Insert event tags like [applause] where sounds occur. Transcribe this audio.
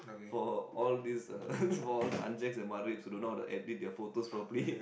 for all these uh [laughs] for all the anjeks and matreps who don't know how to edit their photos properly